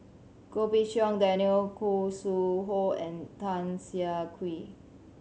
Goh Pei Siong Daniel Khoo Sui Hoe and Tan Siah Kwee